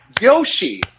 Yoshi